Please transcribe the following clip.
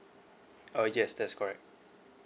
uh yes that's correct